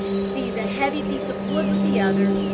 seize a heavy piece of wood with the other,